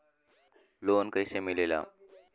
Loan कईसे मिलेला?